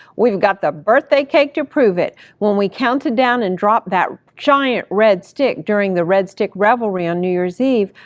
we've got the birthday cake to prove it. when we counted down and dropped the giant red stick during the red stick revelry on new year's eve,